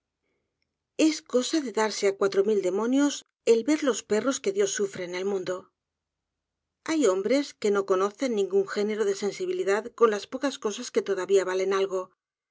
es cosa de darse á cuatro mil demonios el ver los perros que dios sufre en el mundo hay hombres que no conocen ningún género de sensibilidad con las pocas cosas que todavía valen algo